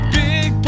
big